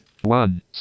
One